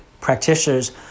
practitioners